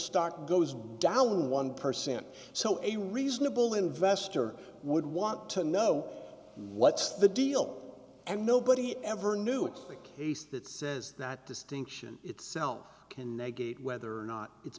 stock goes down one percent so a reasonable investor would want to know what's the deal and nobody ever knew it the case that says that distinction itself can they gauge whether or not it's